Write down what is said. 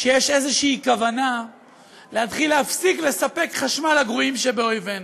שיש איזושהי כוונה להתחיל להפסיק לספק חשמל לגרועים שבאויבינו.